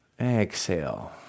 exhale